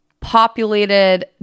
populated